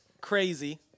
crazy